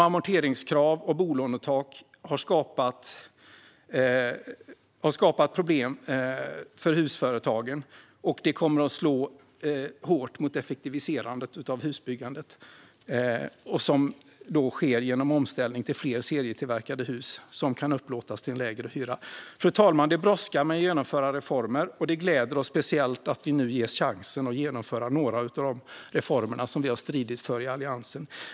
Amorteringskrav och bolånetak har skapat problem för husföretagen, och det kommer att slå hårt mot effektiviserandet av husbyggandet. Det sker genom en omställning till fler serietillverkade hus som kan upplåtas till lägre hyra. Fru talman! Det brådskar med att genomföra reformer. Det gläder oss speciellt att vi nu ges chansen att genomföra några av de reformer som vi har stridit för i Alliansen.